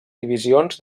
divisions